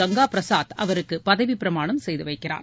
கங்கா பிரசாத் அவருக்கு பதவிப்பிரமாணம் செய்து வைக்கிறார்